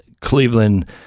Cleveland